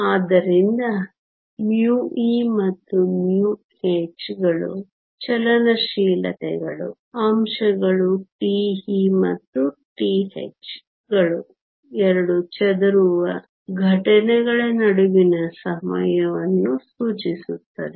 ಆದ್ದರಿಂದ μe ಮತ್ತು μh ಗಳು ಚಲನಶೀಲತೆಗಳು ಅಂಶಗಳು τe ಮತ್ತು τh ಗಳು ಎರಡು ಚದುರುವ ಘಟನೆಗಳ ನಡುವಿನ ಸಮಯವನ್ನು ಸೂಚಿಸುತ್ತದೆ